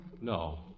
No